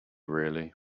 really